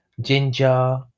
ginger